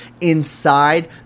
inside